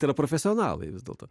tai yra profesionalai vis dėlto